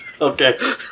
Okay